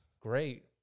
great